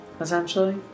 essentially